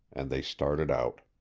and they started out.